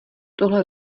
tohle